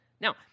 Now